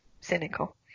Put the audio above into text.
cynical